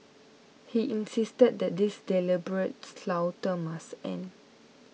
he insisted that this deliberate slaughter must end